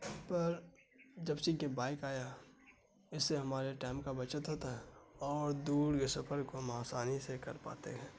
پر جب سے کہ بائک آیا اس سے ہمارے ٹائم کا بچت ہوتا ہے اور دور کے سفر کو ہم آسانی سے کر پاتے ہیں